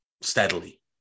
steadily